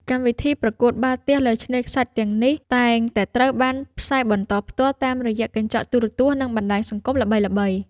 កម្មវិធីប្រកួតបាល់ទះលើឆ្នេរខ្សាច់ទាំងនេះ តែងតែត្រូវបានផ្សាយបន្តផ្ទាល់តាមរយៈកញ្ចក់ទូរទស្សន៍ និងបណ្ដាញសង្គមល្បីៗ។